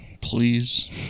Please